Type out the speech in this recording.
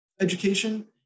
education